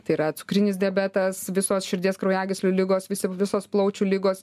tai yra cukrinis diabetas visos širdies kraujagyslių ligos visi visos plaučių ligos